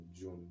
June